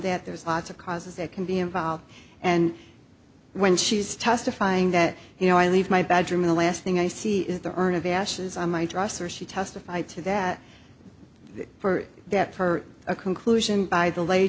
that there's lots of causes that can be involved and when she's testifying that you know i leave my bedroom the last thing i see is the urn of ashes on my dresser she testified to that for that for a conclusion by the la